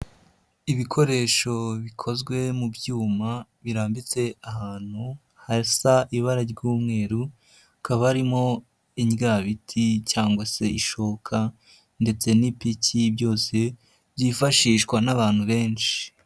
Ibikoresho bikozwe mu byuma birambitse ahantu hasa ibara ry'umweru, hakaba harimo indyabiti cyangwa se ishoka ndetse n'ipiki byose byifashishwa n'abantu benshi.